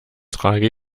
trage